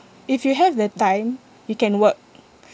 if you have the time you can work